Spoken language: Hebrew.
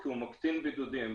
כי הוא מקטין בידודים.